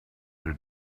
they